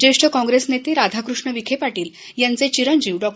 ज्येष्ठ काँग्रेस नेते राधाकृष्ण विखे पाटील यांचे चिरंजीव डॉ